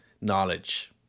knowledge